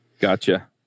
Gotcha